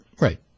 Right